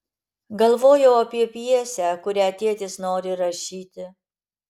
galvojau apie pjesę kurią tėtis nori rašyti